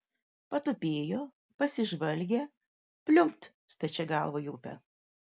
patupėjo pasižvalgė pliumpt stačia galva į upę